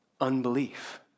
unbelief